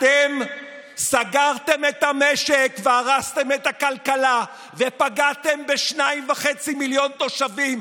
אתם סגרתם את המשק והרסתם את הכלכלה ופגעתם ב-2.5 מיליון תושבים,